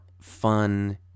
fun